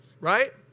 right